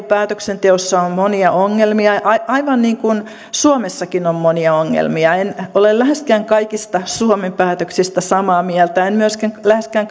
päätöksenteossa on monia ongelmia aivan niin kuin suomessakin on monia ongelmia en ole läheskään kaikista suomen päätöksistä samaa mieltä en myöskään läheskään